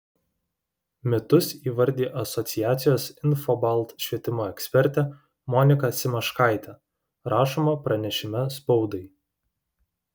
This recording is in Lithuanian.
mitus įvardija asociacijos infobalt švietimo ekspertė monika simaškaitė rašoma pranešime spaudai